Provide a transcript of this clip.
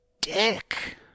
dick